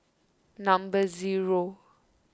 number zero